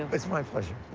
it's my pleasure.